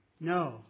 No